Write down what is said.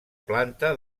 planta